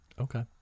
Okay